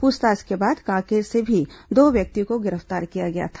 प्रछताछ के बाद कांकेर से भी दो व्यक्तियों को गिरफ्तार किया गया था